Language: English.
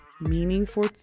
meaningful